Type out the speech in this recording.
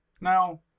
Now